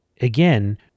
again